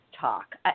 talk